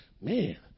man